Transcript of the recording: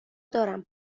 دارم